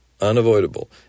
unavoidable